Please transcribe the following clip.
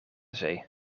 zee